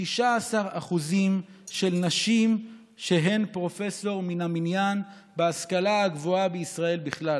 16% נשים שהן פרופסור מן המניין בהשכלה הגבוהה בישראל בכלל.